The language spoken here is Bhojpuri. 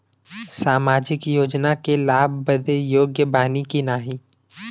सामाजिक योजना क लाभ बदे योग्य बानी की नाही?